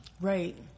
Right